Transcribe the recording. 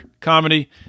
comedy